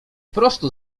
prostu